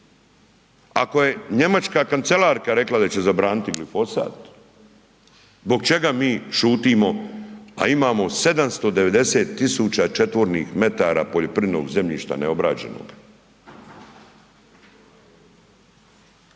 ako je njemačka kancelarka rekla da će zabraniti glifosat, zbog čega mi šutimo, a imamo 790 000 četvornih metara poljoprivrednog zemljišta neobrađenog.